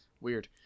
Weird